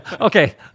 Okay